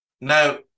Now